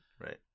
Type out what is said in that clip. right